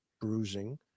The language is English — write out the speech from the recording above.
bruising